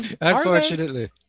unfortunately